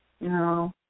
No